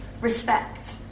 Respect